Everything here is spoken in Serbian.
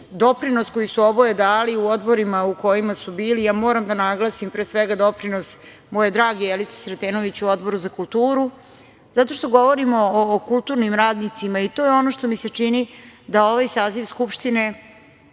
Doprinos koji su oboje dali u odborima u kojima su bili, ja moram da naglasim, pre svega doprinos moje drage Jelice Sretenović u Odboru za kulturu, zato što govorimo o kulturnim radnicima i to je ono što mi se čini da ovaj saziv Skupštine,